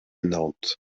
nantes